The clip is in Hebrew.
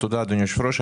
תודה, אדוני היושב-ראש.